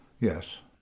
Yes